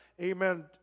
Amen